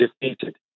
defeated